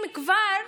אם כבר,